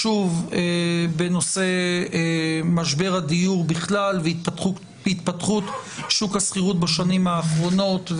בנושא משבר הדיור בכלל והתפתחות שוק השכירות בשנים האחרונות.